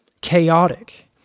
chaotic